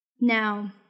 Now